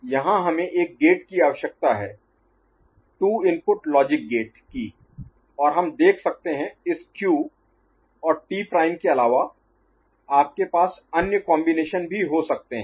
यहां हमें एक गेट की आवश्यकता है 2 इनपुट लॉजिक गेट की और हम देख सकते हैं इस क्यू और टी प्राइम के अलावा आपके पास अन्य कॉम्बिनेशन भी हो सकते हैं